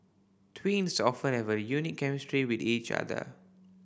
twins often have a unique chemistry with each other